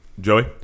Joey